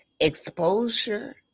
exposure